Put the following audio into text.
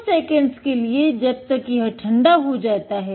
कुछ सेकंड्स के लिए जब तक यह ठंडा हो जाता है